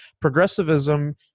Progressivism